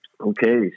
Okay